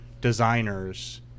designers